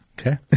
Okay